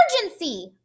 emergency